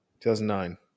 2009